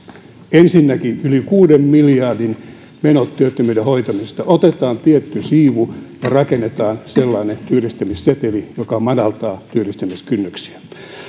ensinnäkin yli kuuden miljardin menot työttömyyden hoitamisesta otetaan tietty siivu ja rakennetaan sellainen työllistämisseteli joka madaltaa työllistämiskynnyksiä